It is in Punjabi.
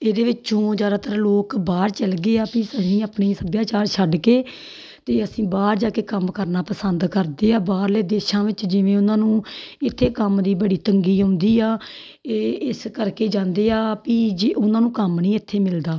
ਇਹਦੇ ਵਿੱਚੋਂ ਜ਼ਿਆਦਾਤਰ ਲੋਕ ਬਾਹਰ ਚਲ ਗਏ ਆ ਵੀ ਅਸੀਂ ਆਪਣੀ ਸੱਭਿਆਚਾਰ ਛੱਡ ਕੇ ਅਤੇ ਅਸੀਂ ਬਾਹਰ ਜਾ ਕੇ ਕੰਮ ਕਰਨਾ ਪਸੰਦ ਕਰਦੇ ਹਾਂ ਬਾਹਰਲੇ ਦੇਸ਼ਾਂ ਵਿੱਚ ਜਿਵੇਂ ਉਹਨਾਂ ਨੂੰ ਇੱਥੇ ਕੰਮ ਦੀ ਬੜੀ ਤੰਗੀ ਆਉਂਦੀ ਆ ਇਹ ਇਸ ਕਰਕੇ ਜਾਂਦੇ ਆ ਵੀ ਜੀ ਉਹਨਾਂ ਨੂੰ ਕੰਮ ਨਹੀਂ ਇੱਥੇ ਮਿਲਦਾ